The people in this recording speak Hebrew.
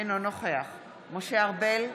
אינו נוכח משה ארבל,